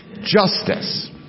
Justice